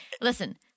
Listen-